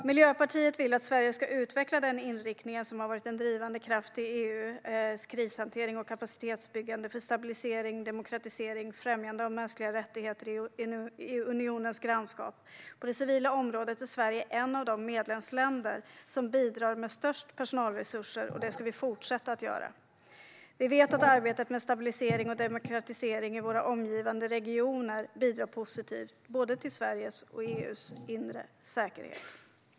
Miljöpartiet vill att Sverige ska utveckla denna inriktning, som har varit en utvecklande kraft i EU:s krishantering och kapacitetsbyggande för stabilisering, demokratisering och främjande av mänskliga rättigheter i unionens grannskap. På det civila området är Sverige ett av de medlemsländer som bidrar med störst personalresurser, och det ska vi fortsätta göra. Vi vet att arbetet med stabilisering och demokratisering i våra omgivande regioner bidrar positivt till både Sveriges och EU:s inre säkerhet.